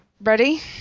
ready